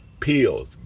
pills